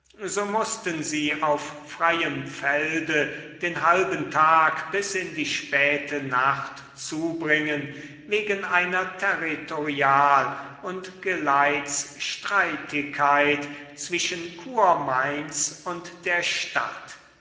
so mußten sie auf freiem felde den halben tag bis in die späte nacht zubringen wegen einer territorial und geleitsstreitigkeit zwischen kurmainz und der stadt